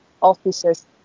offices